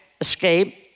escape